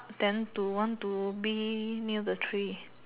then to want to be near the tree